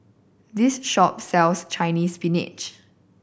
this shop sells Chinese Spinach